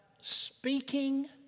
speaking